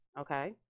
okay